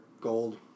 gold